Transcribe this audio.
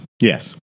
Yes